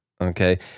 Okay